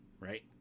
Right